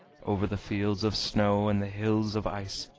over the fields of snow and the hills of ice,